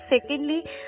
secondly